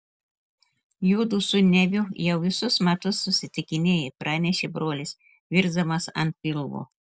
juodu su neviu jau visus metus susitikinėja pranešė brolis virsdamas ant pilvo